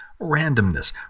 randomness